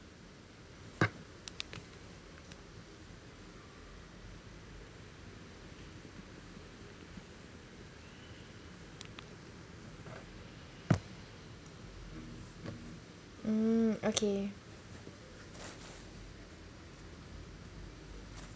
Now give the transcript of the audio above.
mm okay